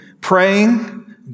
praying